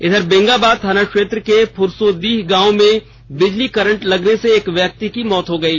इधर बेंगाबाद थाना क्षेत्र के फ्रसोदिह गाँव में बिजली करंट लगने से एक व्यक्ति की मौत हो गयी